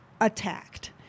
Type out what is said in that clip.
attacked